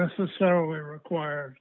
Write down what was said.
necessarily require